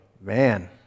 man